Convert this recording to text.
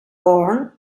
born